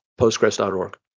Postgres.org